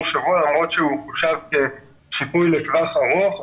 שבוע למרות שהוא חושב כשיפוי לטווח ארוך.